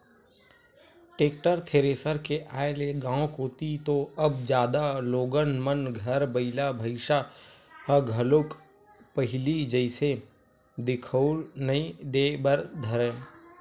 tractor, thresher के आय ले गाँव कोती तो अब जादा लोगन मन घर बइला भइसा ह घलोक पहिली जइसे दिखउल नइ देय बर धरय